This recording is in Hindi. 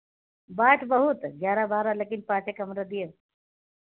बाट बहुत ग्यारह बारह लेकिन पाँचे कमरा देव